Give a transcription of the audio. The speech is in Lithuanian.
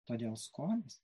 todėl skonis